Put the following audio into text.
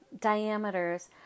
diameters